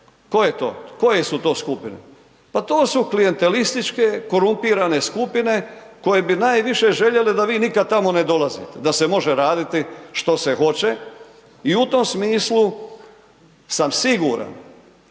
Koje su to skupine? Pa to su klijentelističke, korumpirane skupine koje bi najviše željele da vi nikad tamo ne dolazite, da se može raditi što se hoće i u tom smislu sam siguran,